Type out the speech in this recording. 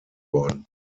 worden